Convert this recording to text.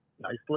Nicely